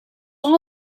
all